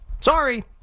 Sorry